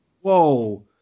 whoa